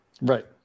Right